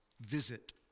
visit